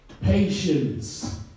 patience